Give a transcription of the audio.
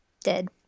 Dead